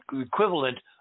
equivalent